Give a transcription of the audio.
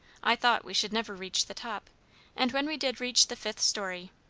i thought we should never reach the top and when we did reach the fifth story,